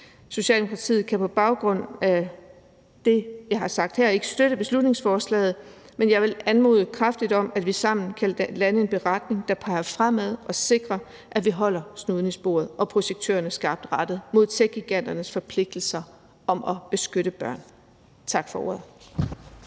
Socialdemokratiet kan på baggrund af det, jeg har sagt her, ikke støtte beslutningsforslaget, men jeg vil anmode kraftigt om, at vi sammen kan lande en beretning, der peger fremad og sikrer, at vi holder snuden i sporet og projektørerne skarpt rettet mod techgiganternes forpligtelser om at beskytte børn. Tak for ordet.